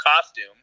costume